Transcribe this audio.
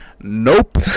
Nope